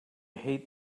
hate